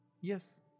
Yes